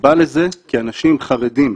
הסיבה לזה, אנשים חרדים,